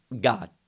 god